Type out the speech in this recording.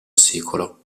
secolo